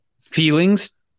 Feelings